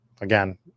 again